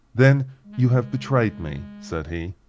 then you have betrayed me, said he,